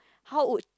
how would